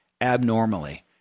abnormally